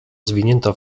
zwinięta